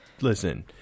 Listen